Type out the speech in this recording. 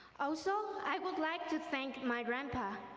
also i would like to thank my grandpa,